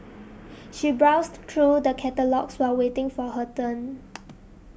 she browsed through the catalogues while waiting for her turn